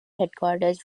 headquarters